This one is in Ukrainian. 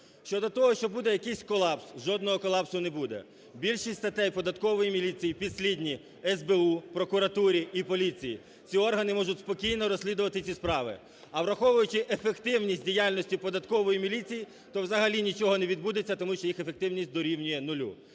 Щодо того, що буде якийсь колапс – жодного колапсу не буде. Більшість статей податкової міліції підслідні СБУ, прокуратурі і поліції. Ці органи можуть спокійно розслідувати ці справи. А враховуючи ефективність діяльності податкової міліції, то взагалі нічого не відбудеться, тому що їх ефективність дорівнює нулю.